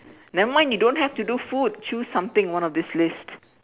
nevermind you don't have to do food choose something one of this list